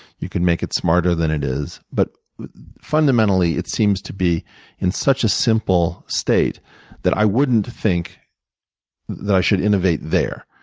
you can make it smarter than it is. but fundamentally, it seems to be in such a simple state that i wouldn't think that i should innovate there.